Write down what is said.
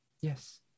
Yes